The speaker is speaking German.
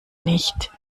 nicht